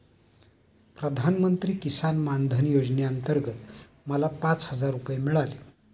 प्रधानमंत्री किसान मान धन योजनेअंतर्गत मला पाच हजार रुपये मिळाले